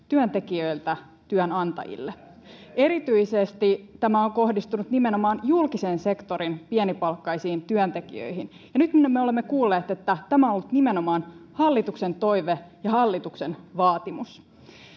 työntekijöiltä työnantajille erityisesti tämä on kohdistunut nimenomaan julkisen sektorin pienipalkkaisiin työntekijöihin ja nyt me me olemme kuulleet että tämä on ollut nimenomaan hallituksen toive ja hallituksen vaatimus